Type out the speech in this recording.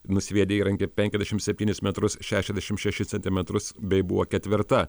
nusviedė įrankį penkiasdešim septynis metrus šešiasdešim šešis centimetrus bei buvo ketvirta